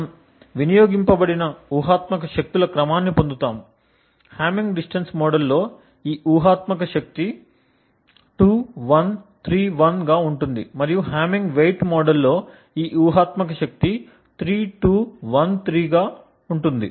మనము వినియోగింపబడిన ఊహాత్మక శక్తుల క్రమాన్ని పొందుతాము హామ్మింగ్ డిస్టన్స్ మోడల్లో ఈ ఊహాత్మక శక్తి 2 1 3 1 గా ఉంటుంది మరియు హామ్మింగ్ వెయిట్ మోడల్లో ఈ ఊహాత్మక శక్తి 3 2 1 3 గా ఉంటుంది